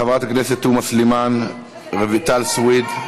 חברת הכנסת תומא סלימאן, רויטל סויד.